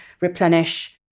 replenish